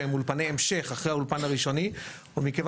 שהם אולפני המשך אחרי האולפן הראשוני ומכיוון